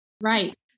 Right